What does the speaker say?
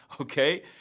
okay